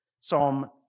Psalm